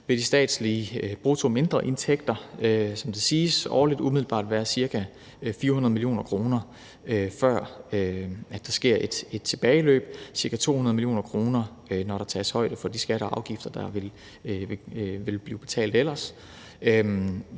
vil de statslige brutto mindreindtægter, som det siges, årligt umiddelbart være ca. 400 mio. kr., før der sker et tilbageløb, ca. 200 mio. kr., når der tages højde for de skatter og afgifter, der ellers vil blive betalt. Det er